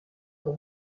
pour